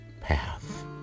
path